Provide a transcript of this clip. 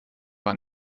war